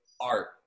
art